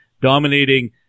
dominating